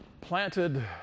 planted